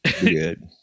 good